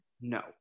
no